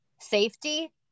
safety